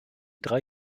drei